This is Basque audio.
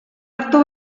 hartu